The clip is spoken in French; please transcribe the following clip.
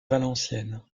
valenciennes